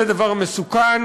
זה דבר מסוכן,